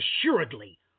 assuredly